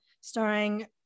starring